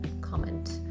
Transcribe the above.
comment